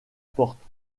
porte